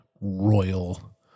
royal